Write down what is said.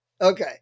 Okay